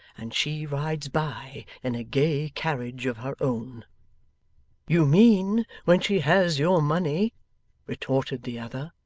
and she rides by in a gay carriage of her own you mean when she has your money retorted the other.